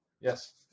yes